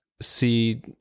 see